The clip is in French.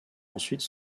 ensuite